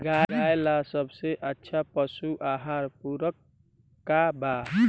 गाय ला सबसे अच्छा पशु आहार पूरक का बा?